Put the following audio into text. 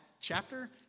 chapter